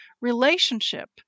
relationship